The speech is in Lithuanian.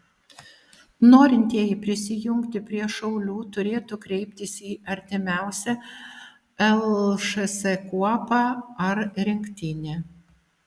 norintieji prisijungti prie šaulių turėtų kreiptis į artimiausią lšs kuopą ar rinktinę